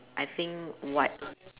I think what